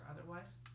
otherwise